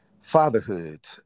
Fatherhood